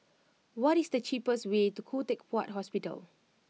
what is the cheapest way to Khoo Teck Puat Hospital